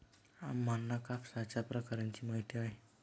अम्मांना कापसाच्या प्रकारांची माहिती आहे